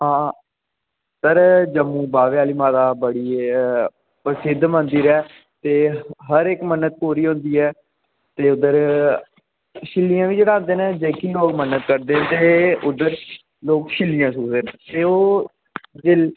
आं सर जम्मू बाह्वे आली माता बड़ी प्रसिद्ध मंदिए ऐ हर एक मन्नत पूरी होंदी ऐ ते उद्धर शिल्लियां बी चढ़ांदे न जेह्की लोग मन्नत करदे ते उद्धर लोक शिल्लियां सुखदे न ते ओह्